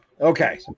Okay